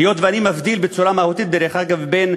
היות שאני מבדיל בצורה מהותית, דרך אגב, בין